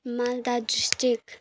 Malda district